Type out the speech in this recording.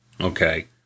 okay